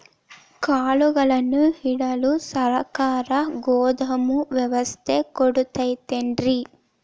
ಕಾಳುಗಳನ್ನುಇಡಲು ಸರಕಾರ ಗೋದಾಮು ವ್ಯವಸ್ಥೆ ಕೊಡತೈತೇನ್ರಿ?